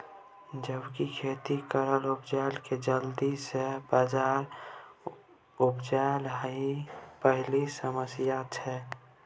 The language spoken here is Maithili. जैबिक खेती केर उपजा केँ जल्दी सँ बजार पहुँचाएब पहिल समस्या छै